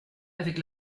avec